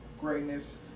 greatness